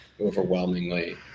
overwhelmingly